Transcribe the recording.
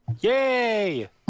Yay